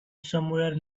somewhere